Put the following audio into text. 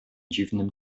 dziwnym